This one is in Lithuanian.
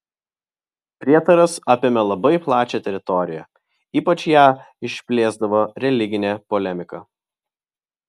prietaras apėmė labai plačią teritoriją ypač ją išplėsdavo religinė polemika